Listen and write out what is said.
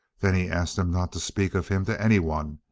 then he asked them not to speak of him to anyone,